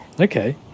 Okay